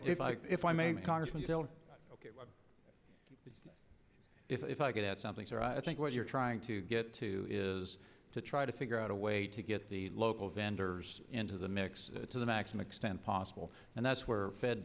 if i if i may congressman still if i could add something there i think what you're trying to get to is to try to figure out a way to get the local vendors into the mix to the maximum extent possible and that's where fed